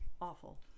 awful